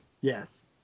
yes